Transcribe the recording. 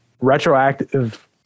retroactive